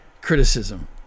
criticism